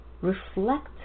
reflect